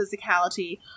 physicality